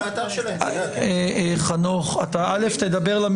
א' תדבר,